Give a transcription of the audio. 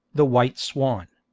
the white swan.